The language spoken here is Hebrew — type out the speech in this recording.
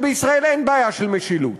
שבישראל אין בעיה של משילות,